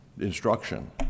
instruction